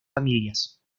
familias